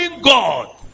God